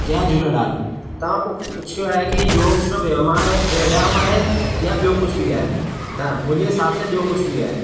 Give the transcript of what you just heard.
जय झूलेलाल तव्हां पोइ पुछियो आहे की योग सिर्फ़ु व्यम आहे व्यायाम आहे या ॿियो कुझु बि आहे न मुंहिंजे हिसाब सां ॿियो कुझु बि आहे